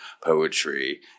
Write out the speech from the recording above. poetry